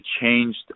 changed